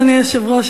אדוני היושב-ראש,